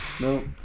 No